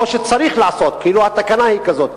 או שצריך לעשות, כאילו התקנה היא כזאת?